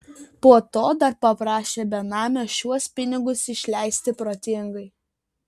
po to dar paprašė benamio šiuos pinigus išleisti protingai